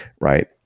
right